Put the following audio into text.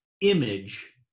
image